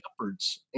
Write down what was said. shepherds